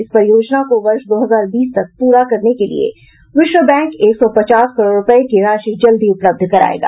इस परियोजना को वर्ष दो हजार बीस तक प्ररा करने के लिए विश्व बैंक एक सौ पचास करोड़ रूपये की राशि जल्द ही उपलब्ध करायेगा